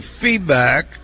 feedback